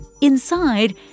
Inside